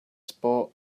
spot